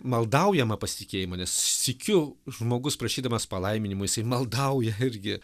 maldaujamą pasitikėjimą nes sykiu žmogus prašydamas palaiminimo jisai maldauja irgi